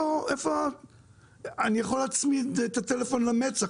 אני יכול להצמיד את הטלפון למצח,